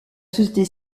société